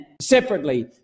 separately